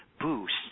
boost